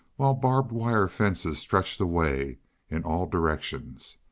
while barbed wire fences stretched away in all directions.